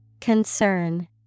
Concern